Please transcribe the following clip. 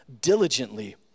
diligently